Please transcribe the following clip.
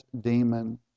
demon